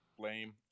lame